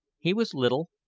he was little,